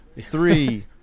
Three